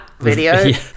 video